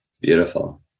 beautiful